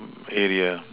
area